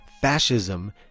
fascism